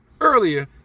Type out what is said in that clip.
earlier